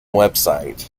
website